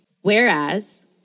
Whereas